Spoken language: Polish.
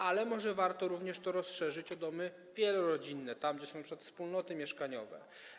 Ale może warto również to rozszerzyć o domy wielorodzinne, tam gdzie są np. wspólnoty mieszkaniowe.